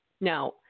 now